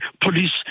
police